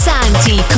Santi